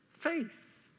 Faith